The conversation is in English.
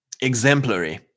exemplary